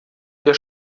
der